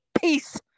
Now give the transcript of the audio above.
Peace